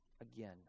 again